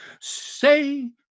Say